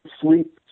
sleep